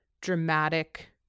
dramatic